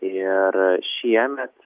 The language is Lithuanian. ir šiemet